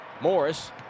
Morris